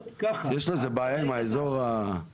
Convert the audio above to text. יש לו איזו בעיה עם האזור הצפוני?